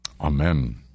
amen